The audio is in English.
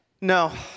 No